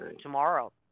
tomorrow